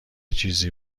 چیزی